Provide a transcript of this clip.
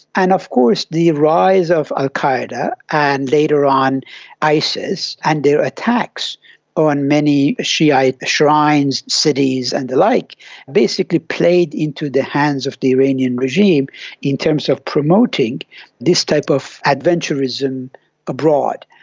and of course the rise of al ah qaeda and later on isis, and their attacks on many shi'ite shrines, cities and the like basically played into the hands of the iranian regime in terms of promoting this type of adventurism abroad.